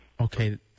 Okay